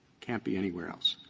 can't be anywhere else.